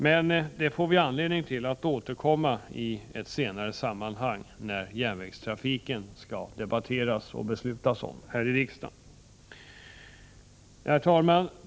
Men detta får vi anledning att återkomma till i senare sammanhang, när järnvägstrafiken skall debatteras och bli föremål för beslut här i riksdagen. Herr talman!